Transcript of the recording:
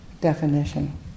definition